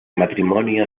matrimonio